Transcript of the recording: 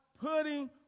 putting